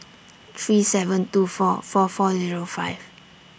three seven two four four four Zero five